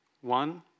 One